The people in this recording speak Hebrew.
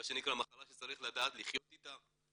מה שנקרא מחלה שצריך לדעת לחיות איתה.